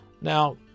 Now